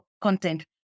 content